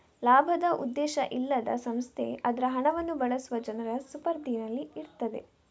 ಲಾಭದ ಉದ್ದೇಶ ಇಲ್ಲದ ಸಂಸ್ಥೆ ಅದ್ರ ಹಣವನ್ನ ಬಳಸುವ ಜನರ ಸುಪರ್ದಿನಲ್ಲಿ ಇರ್ತದೆ